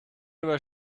über